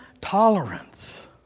tolerance